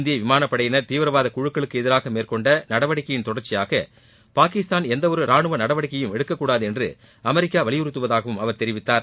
இந்திய விமானப் படையினர் தீவிரவாத குழுக்களுக்கு எதிராக மேற்கொண்ட நடவடிக்கையின் தொடர்ச்சியாக பாகிஸ்தான் எந்தவொரு ரானுவ நடவடிக்கையும் எடுக்கக்கூடாது என்று அமெரிக்கா வலியுறுத்துவதாகவும் அவர் தெரிவித்தார்